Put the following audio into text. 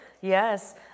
Yes